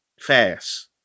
fast